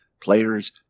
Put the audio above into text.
players